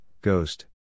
ghost